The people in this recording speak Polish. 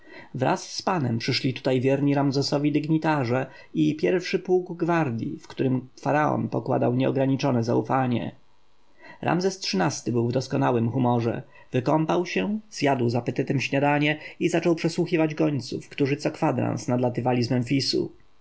wraz z panem przyszli tutaj wierni ramzesowi dygnitarze i pierwszy pułk gwardji w którym faraon pokładał nieograniczone zaufanie ramzes xiii-ty był w doskonałym humorze wykąpał się zjadł z apetytem śniadanie i zaczął przesłuchiwać gońców którzy co kwadrans nadlatywali z memfisu